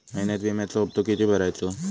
महिन्यात विम्याचो हप्तो किती भरायचो?